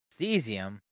Cesium